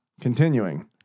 Continuing